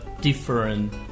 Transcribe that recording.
different